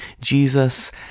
Jesus